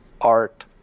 art